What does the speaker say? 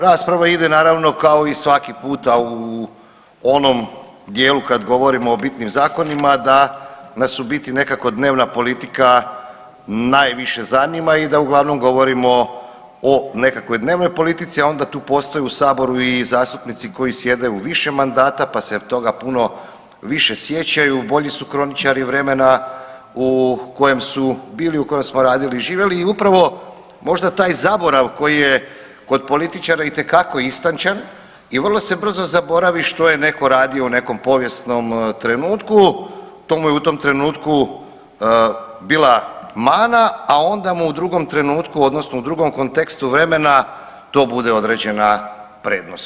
Rasprava ide naravno kao i svaki puta u onom dijelu kad govorimo o bitnim zakonima da nas u biti nekako dnevna politika najviše zanima i da uglavnom govorimo o nekakvoj dnevnoj politici, a onda tu postoje u saboru i zastupnici koji sjede u više mandata pa se toga puno više sjećaju, bolji su kroničari vremena u kojem su bili, u kojem smo radili i živjeli i upravo možda taj zaborav koji je kod političara itekako istančan i vrlo se brzo zaboravi što je netko radio u nekom povijesnom trenutku, to mu je u tom trenutku bila mana, a onda mu u drugom trenutku odnosno u drugom kontekstu vremena to bude određena prednost.